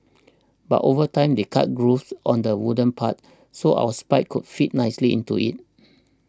but over time they cut grooves on the wooden part so our spikes could fit nicely into it